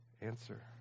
answer